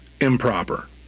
improper